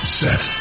set